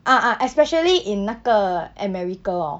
ah ah especially in 那个 america hor